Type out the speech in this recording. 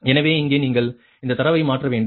எனவே இங்கே நீங்கள் இந்தத் தரவை மாற்ற வேண்டும்